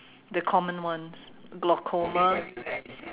the common ones glaucoma